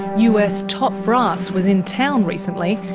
us top brass was in town recently,